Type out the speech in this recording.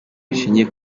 rishingiye